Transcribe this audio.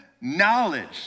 knowledge